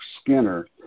skinner